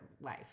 life